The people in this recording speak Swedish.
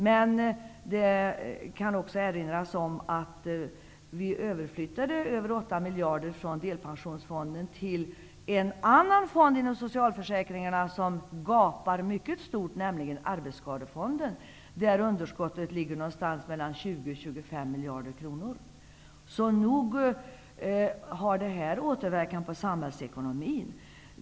Men jag kan också erinra om att vi flyttade över 8 miljarder kronor från delpensionsfonden till en annan fond inom socialförsäkringarna som gapar mycket stort, nämligen arbetsskadefonden, där underskottet ligger någonstans mellan 20 och 25 miljarder kronor. Nog har detta återverkningar på samhällsekonomin.